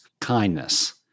kindness